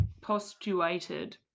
postulated